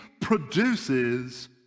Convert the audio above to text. produces